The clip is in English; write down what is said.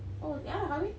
oh dia dah kahwin